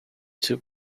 two